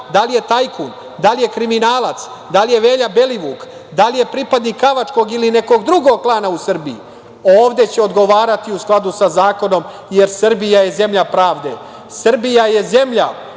da li je tajkun, da li je kriminalac, da li je Velja Belivuk, da li je pripadnik Kavačkog ili nekog drugog klana u Srbiji, ovde će odgovarati u skladu sa Zakonom, jer Srbija je zemlja pravd. Srbija je zemlja